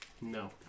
No